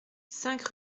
cinq